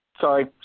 Sorry